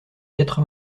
quatre